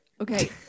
okay